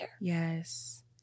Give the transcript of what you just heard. Yes